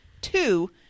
two